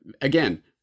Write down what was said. again